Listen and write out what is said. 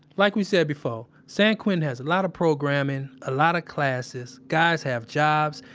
like we said before, san quentin has a lot of programming, a lot of classes. guys have jobs.